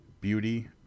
Beauty